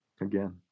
Again